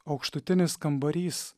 aukštutinis kambarys